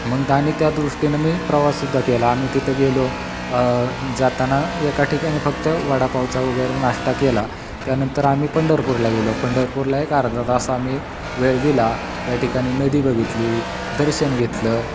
मग आणि त्या दृष्टीनं मी प्रवास सिद्ध केला आम्ही तिथं गेलो जाताना एका ठिकाणी फक्त वडापावचा वगैरे नाश्ता केला त्यानंतर आम्ही पंढरपूरला गेलो पंढरपूरला एक अर्धा तास आम्ही वेळ दिला त्या ठिकाणी नदी बघितली दर्शन घेतलं